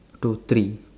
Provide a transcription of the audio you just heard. to three